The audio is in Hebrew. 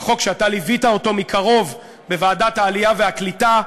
החוק שאתה ליווית מקרוב בוועדת העלייה והקליטה,